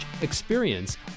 experience